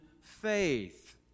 faith